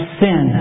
sin